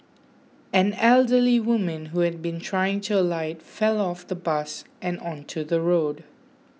an elderly woman who had been trying to alight fell off the bus and onto the road